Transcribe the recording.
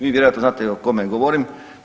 Vi vjerojatno znate o kome govorim.